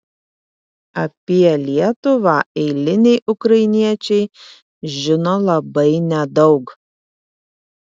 apie lietuvą eiliniai ukrainiečiai žino labai nedaug